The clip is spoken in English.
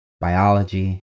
biology